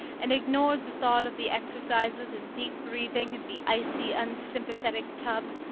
and ignored the thought of the exercises and deep breathing and the icy unsympathetic tub.